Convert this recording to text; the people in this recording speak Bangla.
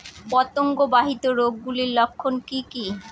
পতঙ্গ বাহিত রোগ গুলির লক্ষণ কি কি?